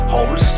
Holy